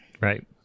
right